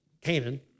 Canaan